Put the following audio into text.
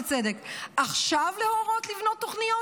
בצדק: עכשיו להורות לבנות תוכניות?